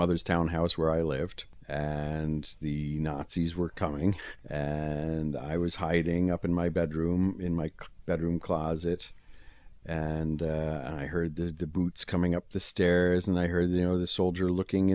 mother's townhouse where i lived and the nazis were coming and i was hiding up in my bedroom in my bedroom closet and i heard the boots coming up the stairs and i heard the you know the soldier looking